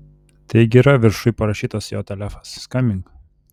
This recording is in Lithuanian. taigi yra viršuj parašytas jo telefas skambink